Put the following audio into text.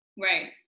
Right